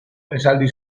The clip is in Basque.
esaldi